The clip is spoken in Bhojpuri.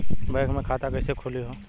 बैक मे खाता कईसे खुली हो?